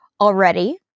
already